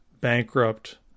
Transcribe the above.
bankrupt